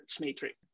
Matrix